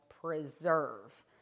preserve